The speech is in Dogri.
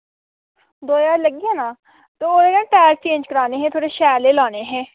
दो ज्हार लग्गी जाना तो एह्दे टायर चेंज कराने हे थोह्ड़े शैल जेह् लाने हे